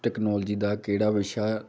technology ਦਾ ਕਿਹੜਾ ਵਿਸ਼ਾ